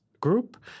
group